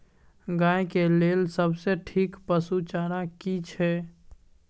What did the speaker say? गाय के लेल सबसे ठीक पसु चारा की छै?